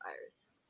virus